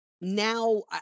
now